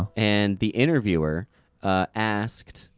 and the interviewer asked,